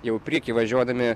jau į priekį važiuodami